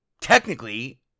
technically